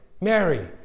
Mary